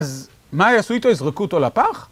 אז מה יעשו איתו? יזרקו אותו לפח?